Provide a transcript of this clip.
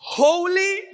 holy